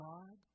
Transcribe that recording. God